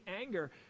anger